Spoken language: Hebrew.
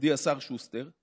ידידי השר שוסטר,